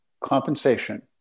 compensation